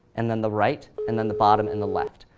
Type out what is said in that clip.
and then the right, and then the bottom and the left.